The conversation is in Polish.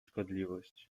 szkodliwość